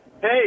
Hey